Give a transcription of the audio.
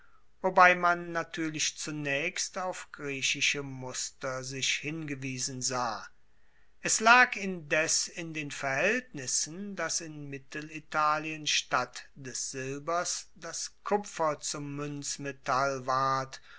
wobei man natuerlich zunaechst auf griechische muster sich hingewiesen sah es lag indes in den verhaeltnissen dass in mittelitalien statt des silbers das kupfer zum muenzmetall ward